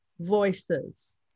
voices